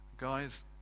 Guys